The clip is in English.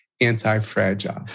anti-fragile